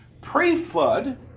pre-flood